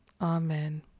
amen